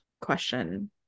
question